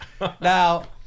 Now